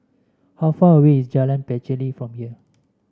how far away is Jalan Pacheli from here